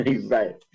Right